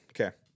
Okay